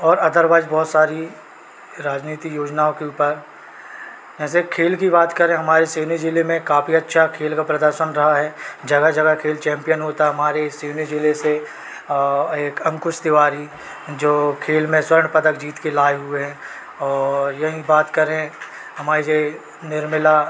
और अदरवाइज़ बहुत सारी राजनीतिक योजनाओं के ऊपर ऐसे खेल की बात करें हमारे सिवनी ज़िले में काफी अच्छा खेल का प्रदर्शन रहा है जगह जगह खेल चैम्पियन होता हमारे सिवनी ज़िले से और एक अंकुश तिवारी जो खेल में स्वर्ण पदक जीतकर लाए हुए हैं और यहीं बात करें हमारे जे निर्मला